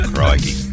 Crikey